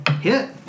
Hit